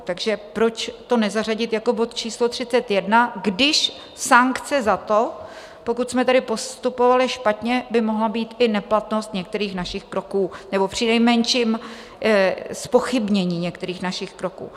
Takže proč to nezařadit jako bod číslo 31, když sankce za to, pokud jsme tady postupovali špatně, by mohla být i neplatnost některých našich kroků, nebo přinejmenším zpochybnění některých našich kroků.